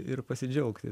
ir pasidžiaugti